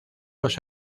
los